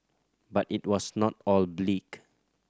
but it was not all the bleak